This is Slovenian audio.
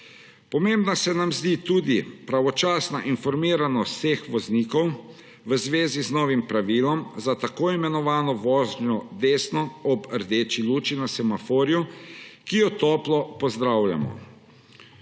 Pomembna se nam zdi tudi pravočasna informiranost vseh voznikov v zvezi z novim pravilom za tako imenovano vožnjo desno ob rdeči luči na semaforju, ki jo toplo pozdravljamo.